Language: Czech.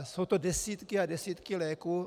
Jsou to desítky a desítky léků.